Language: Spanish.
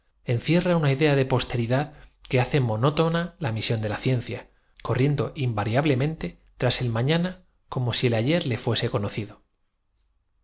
encierra una idea de posterioridad que hace monótona centésimo cuadragésima parte de un minuto es decir la misión de la ciencia corriendo invariablemente que el resultado es fatalmente posterior en la noción tras el mañana como si el ayer le fuese conocido del